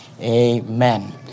Amen